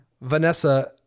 Vanessa